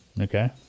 Okay